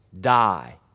die